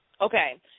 Okay